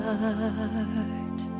heart